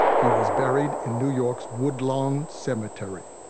he was buried in new york's woodlawn cemetery,